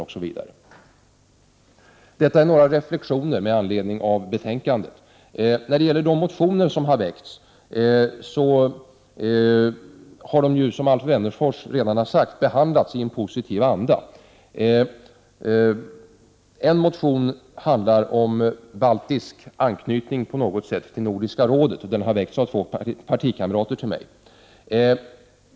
Ja, det här var några reflexioner som jag har gjort med anledning av betänkandet. De motioner som väckts har, som Alf Wennerfors sade, behandlats i en positiv anda. En motion handlar om en sorts baltisk anknytning till Nordiska rådet. Motionen har väckts av två partikamrater till mig.